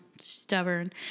stubborn